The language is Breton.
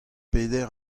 peder